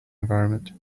environment